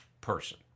person